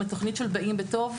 עם התוכנית של "באים בטוב",